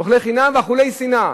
אוכלי חינם ואכולי שנאה.